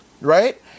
Right